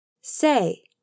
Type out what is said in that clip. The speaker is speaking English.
say